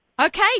Okay